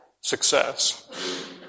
success